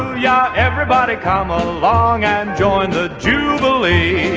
yeah everybody come along and join the jubilee